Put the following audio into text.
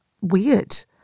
weird